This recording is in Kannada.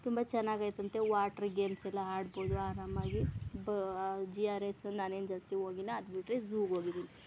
ತುಂಬ ಚನಾಗಿದ್ಯಂತೆ ವಾಟ್ರ್ ಗೇಮ್ಸ್ ಎಲ್ಲ ಆಡ್ಬೋದು ಆರಾಮಾಗಿ ಬ ಜಿ ಆರ್ ಎಸ್ ನಾನೇನು ಜಾಸ್ತಿ ಹೋಗಿಲ್ಲ ಅದುಬಿಟ್ರೆ ಝೂಗೆ ಹೋಗಿದಿನಿ